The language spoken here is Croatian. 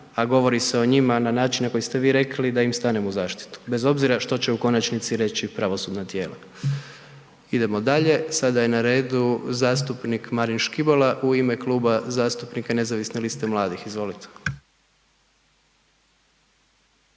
a govori se o njima na način na koji ste vi rekli da im stanem u zaštitu bez obzira što će u konačnici reći pravosudna tijela. Idemo dalje, sada je na radu zastupnik Marin Škibola u ime Kluba zastupnika Nezavisne liste mladih. Izvolite.